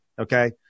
Okay